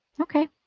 okay